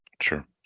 sure